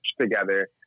together